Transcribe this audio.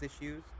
issues